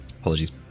Apologies